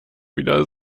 wieder